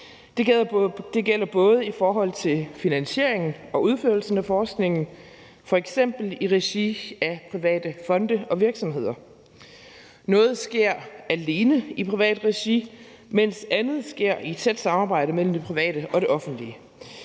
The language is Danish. Det gælder både i forhold til finansieringen og udførelsen af forskningen, f.eks. i regi af private fonde og virksomheder. Noget sker alene i privat regi, mens andet sker i tæt samarbejde mellem det private og det offentlige.